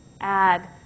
add